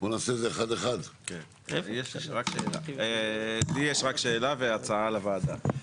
יש לי רק שאלה והצעה לוועדה.